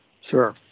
Sure